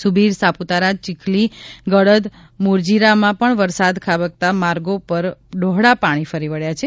સુબીર સાપુતારા ચીચલી ગળદ મોરજીરામાં પણ વરસાદ ખાબકતા માર્ગો ઉપર ડહોળા પાણી ફરી વળ્યા છે